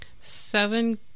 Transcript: Seven